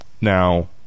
Now